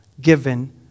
given